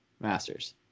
Masters